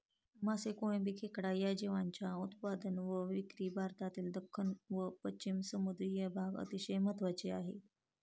मासे, कोळंबी, खेकडा या जीवांच्या उत्पादन व विक्री भारतातील दख्खन व पश्चिम समुद्री भाग अतिशय महत्त्वाचे आहे